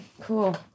cool